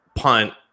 punt